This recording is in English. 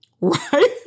right